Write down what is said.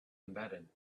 embedded